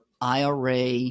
IRA